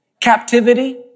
Captivity